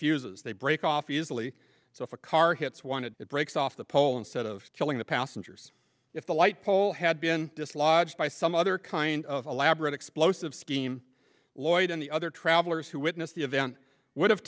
they break off easily so if a car hits one it it breaks off the pole instead of killing the passengers if the light pole had been dislodged by some other kind of elaborate explosive scheme lloyd and the other travelers who witnessed the event would have